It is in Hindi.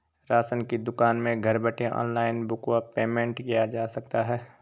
राशन की दुकान में घर बैठे ऑनलाइन बुक व पेमेंट किया जा सकता है?